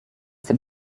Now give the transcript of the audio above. dem